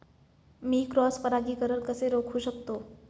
मी cross परागीकरण कसे रोखू शकतो?